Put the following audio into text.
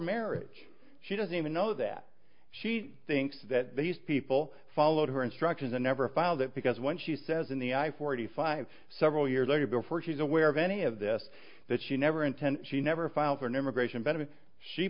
marriage she doesn't even know that she thinks that these people followed her instructions and never filed it because when she says in the i forty five several years before she's aware of any of this that she never intend she never filed for an immigration benefit she